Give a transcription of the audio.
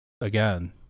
again